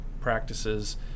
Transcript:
practices